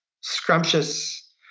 scrumptious